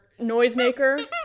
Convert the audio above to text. noisemaker